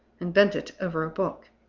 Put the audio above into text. and bent it over a book.